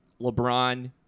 LeBron